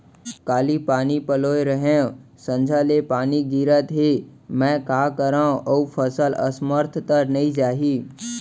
काली पानी पलोय रहेंव, संझा ले पानी गिरत हे, मैं का करंव अऊ फसल असमर्थ त नई जाही?